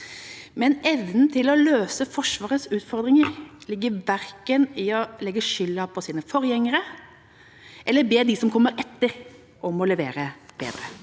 Men evnen til å løse Forsvarets utfordringer ligger verken i å legge skylda på sine forgjengere eller i å be dem som kommer etter, om å levere bedre.